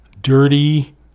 dirty